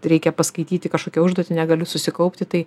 reikia paskaityti kažkokią užduotį negaliu susikaupti tai